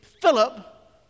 Philip